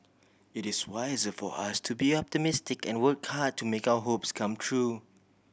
it is wiser for us to be optimistic and work hard to make our hopes come true